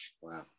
wow